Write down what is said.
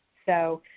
so,